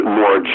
more